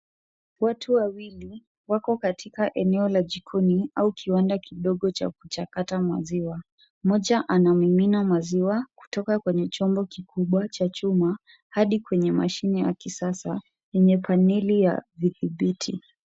Watu wawili, wako katika eneo la jikoni au kiwanda kidogo cha kuchakata maziwa. Moja anamimina maziwa kutoka kwenye chombo kikubwa cha chuma hadi kwenye mashine ya kisasa yenye paneli ya vidhubiti.